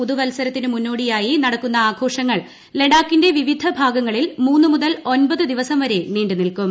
പുതുവത്സരത്തിന് മുന്നോടിയായി നടക്കുന്ന ആഘോഷങ്ങൾ ലഡാക്കിന്റെ വിവിധ ഭാഗങ്ങളിൽ മൂന്ന് മുതൽ ്ളമ്പത് ദിവസം വരെ നീ നിൽക്കും